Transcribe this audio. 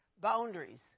Boundaries